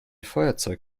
feuerzeug